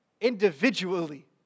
individually